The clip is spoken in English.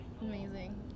Amazing